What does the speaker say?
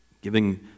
giving